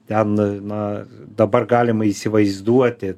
ten na dabar galima įsivaizduoti